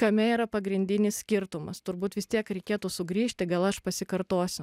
kame yra pagrindinis skirtumas turbūt vis tiek reikėtų sugrįžti gal aš pasikartosiu